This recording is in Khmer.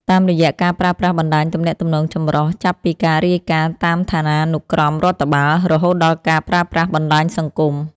តាមរយៈការប្រើប្រាស់បណ្ដាញទំនាក់ទំនងចម្រុះ ចាប់ពីការរាយការណ៍តាមឋានានុក្រមរដ្ឋបាល រហូតដល់ការប្រើប្រាស់បណ្ដាញសង្គម។